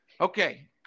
Okay